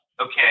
okay